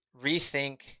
rethink